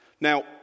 now